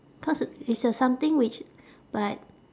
cause i~ it's a something which but